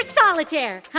solitaire